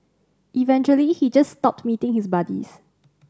eventually he just stopped meeting his buddies